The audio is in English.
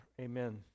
amen